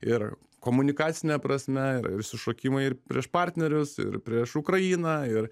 ir komunikacine prasme ir išsišokimai ir prieš partnerius ir prieš ukrainą ir